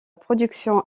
production